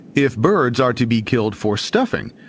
if birds are to be killed for stuffing,